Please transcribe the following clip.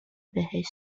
بهش